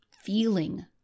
feeling